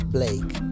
Blake